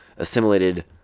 assimilated